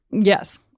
Yes